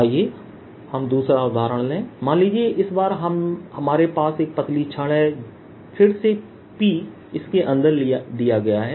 आइए हम दूसरा उदाहरण लें मान लीजिए इस बार हमारे पास एक पतली छड़ है फिर से P इसकी अंदर दिया गया है